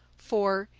for,